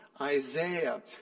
Isaiah